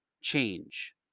change